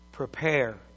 Prepare